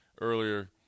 earlier